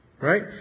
right